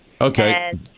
Okay